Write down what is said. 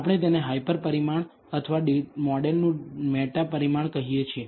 આપણે તેને હાયપર પરિમાણ અથવા મોડેલનું મેટા પરિમાણ કહીએ છીએ